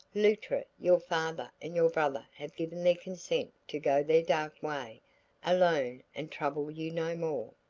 luttra, your father and your brother have given their consent to go their dark way alone and trouble you no more.